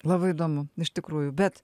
labai įdomu iš tikrųjų bet